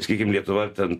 sakykim lietuva ten